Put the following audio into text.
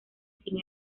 sin